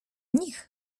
nich